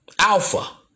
Alpha